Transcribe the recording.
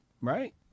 Right